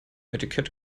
etikett